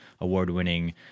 award-winning